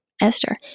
Esther